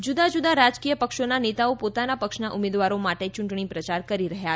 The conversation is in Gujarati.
જ્રૂદા જ્રૂદા રાજકીય પક્ષોના નેતાઓ પોતાના પક્ષના ઉમેદવારો માટે ચૂંટણી પ્રચાર કરી રહ્યા છે